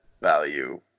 value